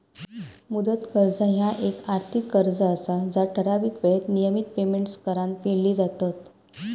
मुदत कर्ज ह्या येक आर्थिक कर्ज असा जा ठराविक येळेत नियमित पेमेंट्स करान फेडली जातत